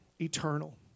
eternal